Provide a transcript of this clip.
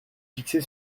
fixée